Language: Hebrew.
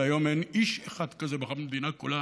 והיום אין איש אחד כזה במדינה כולה